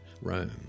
Rome